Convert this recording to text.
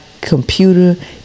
computer